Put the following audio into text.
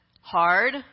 hard